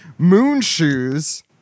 Moonshoes